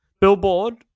Billboard